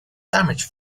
damage